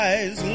Eyes